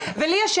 זה אוכלוסייה חלשה.